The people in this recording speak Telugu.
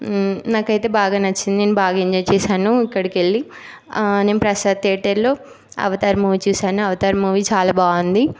నాకైతే బాగా నచ్చింది నేను బాగా ఎంజాయ్ చేసాను అక్కడికకి వెళ్ళి ఆ నేను ప్రసాద్ థియేటర్లో అవతార్ మూవీ చూసాను అవతార్ మూవీ చాలా బాగుంది